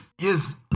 Yes